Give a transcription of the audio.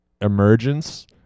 emergence